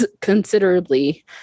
considerably